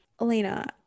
Elena